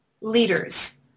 leaders